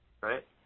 right